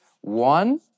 One